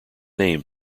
name